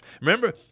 Remember